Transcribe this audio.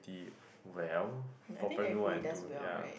well for primary one and two ya